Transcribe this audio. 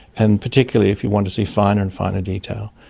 and particularly if you want to see finer and finer detail.